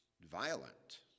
violent